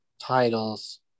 titles